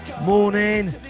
morning